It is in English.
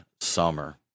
summer